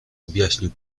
objaśnił